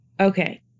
Okay